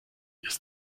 ist